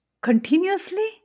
continuously